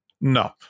No